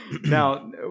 Now